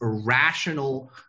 irrational